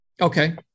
Okay